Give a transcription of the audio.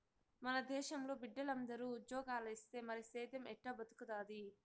మన దేశంలో బిడ్డలందరూ ఉజ్జోగాలిస్తే మరి సేద్దెం ఎట్టా బతుకుతాది